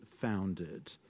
founded